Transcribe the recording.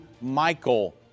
Michael